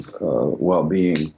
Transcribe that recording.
well-being